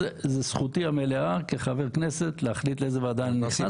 זו זכותי המלאה כחבר כנסת להחליט לאיזו ועדה אני נכנס